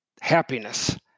happiness